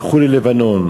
הלכו ללבנון,